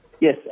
Yes